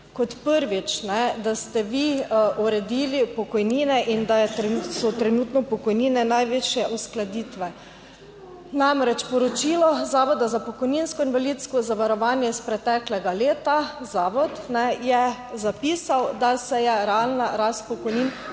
Kot prvič, da ste vi uredili pokojnine in da so trenutno pokojnine največje uskladitve. Namreč poročilo Zavoda za pokojninsko in invalidsko zavarovanje iz preteklega leta, zavod je zapisal, da se je realna rast pokojnin